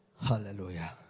Hallelujah